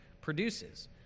produces